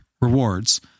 rewards